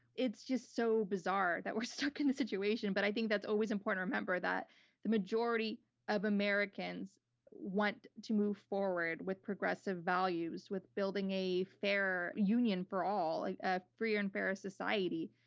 it's just so bizarre that we're stuck in this situation, but i think that's always important to remember, that the majority of americans want to move forward with progressive values, with building a fairer union for all, a freer and fairer society.